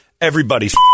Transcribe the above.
Everybody's